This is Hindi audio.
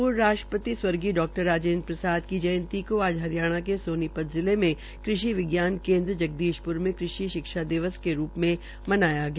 पूर्व राष्ट्रपति स्वर्गीय डा राजेन्द्र प्रसाद की जयंती को आज हरियाणा के सोनीपत जिले में कृषि विज्ञान केन्द्र जगदीशप्र मे कृषि शिक्षा दिवस के रूप में मनाया गया